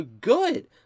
good